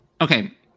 Okay